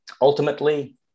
ultimately